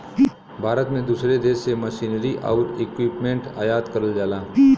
भारत में दूसरे देश से मशीनरी आउर इक्विपमेंट आयात करल जाला